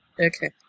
Okay